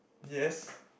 yes